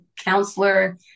counselor